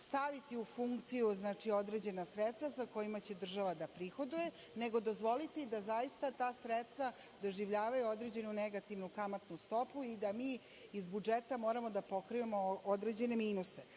staviti u funkciju određena sredstva sa kojima će država da prihoduje, nego dozvoliti da zaista ta sredstva doživljavaju određenu negativnu kamatnu stopu i da mi iz budžeta moramo da pokrivamo određene minuse.